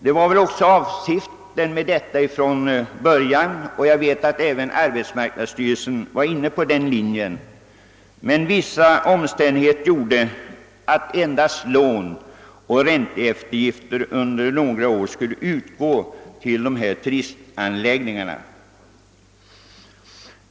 Det var väl avsikten från början, och jag vet att även arbetsmarknadsstyrelsen var inne på den linjen, men vissa omständigheter gjorde, att endast lån och ränteeftergifter under några år skulle utgå till turistanläggningar.